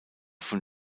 von